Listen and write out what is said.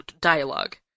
dialogue